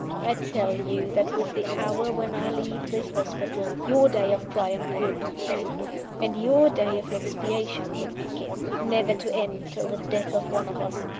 i tell you, that with the hour when i leave this hospital your day of triumph will be over, and your day of expiation will begin never to end till the death of one of us.